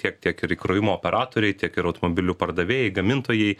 tiek tiek ir įkrovimo operatoriai tiek ir automobilių pardavėjai gamintojai